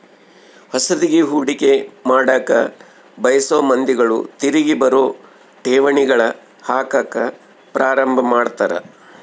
ಹೊಸದ್ಗಿ ಹೂಡಿಕೆ ಮಾಡಕ ಬಯಸೊ ಮಂದಿಗಳು ತಿರಿಗಿ ಬರೊ ಠೇವಣಿಗಳಗ ಹಾಕಕ ಪ್ರಾರಂಭ ಮಾಡ್ತರ